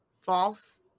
false